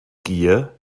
gier